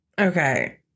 okay